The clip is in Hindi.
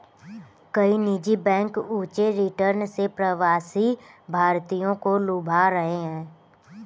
कई निजी बैंक ऊंचे रिटर्न से प्रवासी भारतीयों को लुभा रहे हैं